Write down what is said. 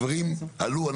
הדברים עלו,